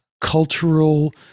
cultural